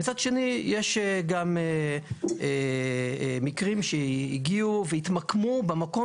מהצד השני יש גם מקרים שהגיעו והתמקמו במקום